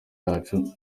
yacu